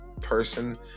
person